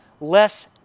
less